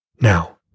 Now